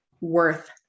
worth